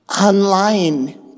online